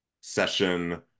session